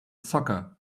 soccer